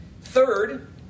Third